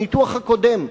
הניתוח הקודם,